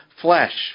flesh